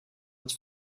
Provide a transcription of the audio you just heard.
het